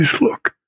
look